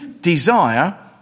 desire